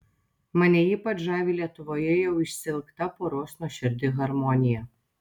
mane ypač žavi lietuvoje jau išsiilgta poros nuoširdi harmonija